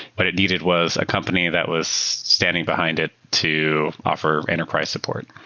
what it needed was a company that was standing behind it to offer enterprise support.